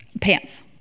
pants